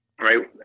Right